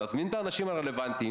נזמין את האנשים הרלוונטיים,